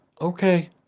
Okay